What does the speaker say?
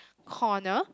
corner